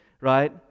right